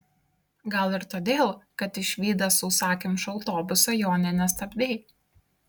gal ir todėl kad išvydęs sausakimšą autobusą jo nė nestabdei